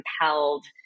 compelled